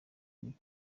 muri